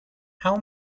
how